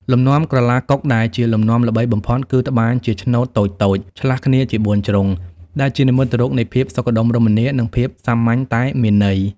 លំនាំ ក្រឡាកុក ដែលជាលំនាំល្បីបំផុត គឺត្បាញជាឆ្នូតតូចៗឆ្លាស់គ្នាជាបួនជ្រុង ដែលជានិមិត្តរូបនៃភាពសុខដុមរមនា និងភាពសាមញ្ញតែមានន័យ។